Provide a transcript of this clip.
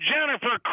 Jennifer